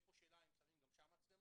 יש פה שאלה אם שמים גם שם מצלמות.